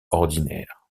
ordinaires